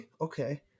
Okay